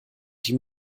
die